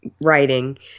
writing